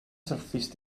syrthiaist